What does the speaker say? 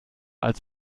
als